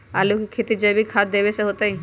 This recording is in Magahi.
आलु के खेती जैविक खाध देवे से होतई?